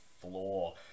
floor